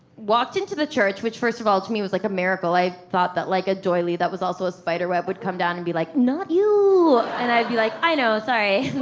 walked into the church, which first of all to me, was like a miracle. i thought that like a doily that was also a spider web would come down and be like, not you. and i'd be like, i know, sorry,